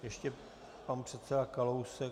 Ještě pan předseda Kalousek?